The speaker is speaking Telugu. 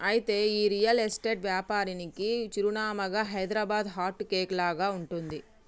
అయితే ఈ రియల్ ఎస్టేట్ వ్యాపారానికి చిరునామాగా హైదరాబాదు హార్ట్ కేక్ లాగా ఉంటుంది